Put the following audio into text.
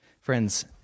Friends